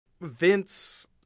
Vince